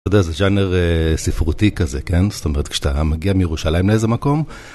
אתה יודע, זה ז'אנר ספרותי כזה, כן? זאת אומרת, כשאתה מגיע מירושלים לאיזה מקום...